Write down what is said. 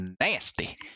nasty